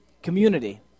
Community